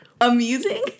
Amusing